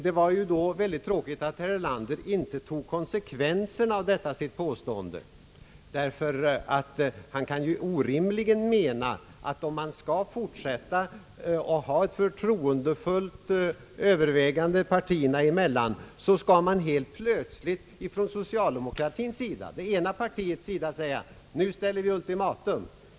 Det var ju då väldigt tråkigt att herr Erlander inte tog konsekvenserna av detta sitt påstående, ty han kan ju orimligen mena att i ett fortsatt förtroendefullt övervägande partierna emellan det ena partiet plötsligt skall kunna säga: Nu ställer vi ultimatum.